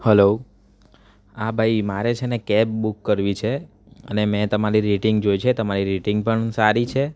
hello હા ભાઈ મારે છે ને કેબ બુક કરવી છે અને મેં તમારી રેટિંગ જોઈ છે તમારી રેટિંગ પણ સારી છે